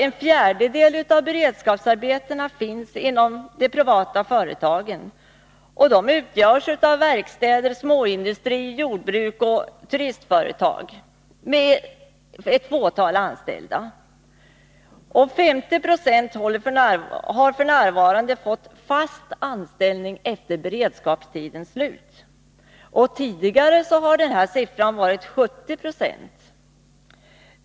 En fjärdedel av beredskapsarbetena finns inom de privata företagen, som utgörs av verkstäder, småindustri, jordbruk och turistföretag med ett fåtal anställda. Och 50 96 har f. n. fått fast anställning efter beredskapstidens slut. Tidigare har motsvarande siffra varit 70 20.